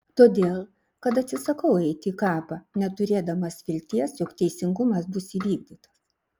todėl kad atsisakau eiti į kapą neturėdamas vilties jog teisingumas bus įvykdytas